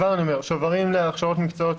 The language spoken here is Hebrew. שוברים להכשרות מקצועיות,